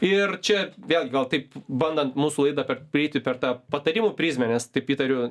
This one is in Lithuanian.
ir čia vėlgi gal taip bandan mūsų laidą per prieiti per tą patarimų prizmę nes taip įtariu